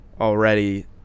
already